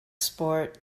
sport